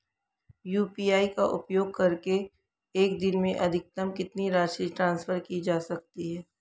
UPI का उपयोग करके एक दिन में अधिकतम कितनी राशि ट्रांसफर की जा सकती है?